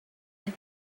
have